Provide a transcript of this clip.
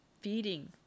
feeding